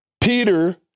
Peter